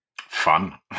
fun